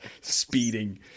speeding